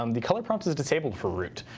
um the color prompt is disabled for root.